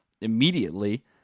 immediately